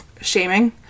shaming